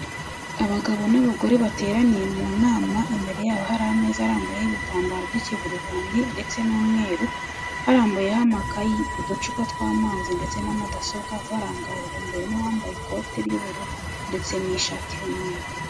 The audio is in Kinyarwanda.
Abagabo n'abagore bateraniye mu nama imbere yabo hari ameza arambuyeho ibitambaro by'ikivurivundi ndetse n'umweru, harambuyeho amakaye, uducupa tw'amazi, ndetse na mudasobwa. barangajwe imbere n'uwambaye ikote ry'ubururu ndetse n'i shati y'umweru.